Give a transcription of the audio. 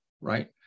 right